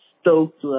stoked